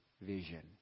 vision